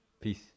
Peace